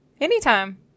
Anytime